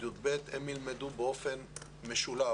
עד י"ב ילמדו באופן משולב.